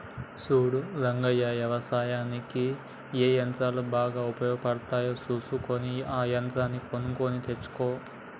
సూడు రంగయ్య యవసాయనిక్ ఏ యంత్రాలు బాగా ఉపయోగపడుతాయో సూసుకొని ఆ యంత్రాలు కొనుక్కొని తెచ్చుకో